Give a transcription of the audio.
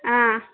ಹಾಂ